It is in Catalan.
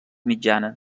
mitjana